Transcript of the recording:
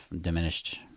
diminished